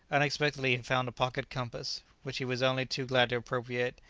unexpectedly he found a pocket-compass, which he was only too glad to appropriate.